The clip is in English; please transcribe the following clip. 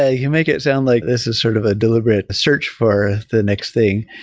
ah you make it sound like this is sort of a deliberate search for the next thing.